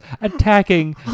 attacking